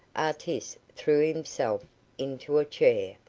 artis threw himself into a chair,